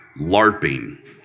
LARPing